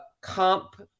comp